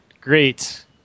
Great